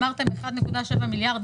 אמרתם 1.7 מיליארד,